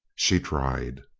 she tried.